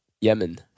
Yemen